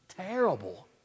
terrible